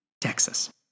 Texas